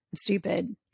stupid